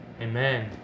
Amen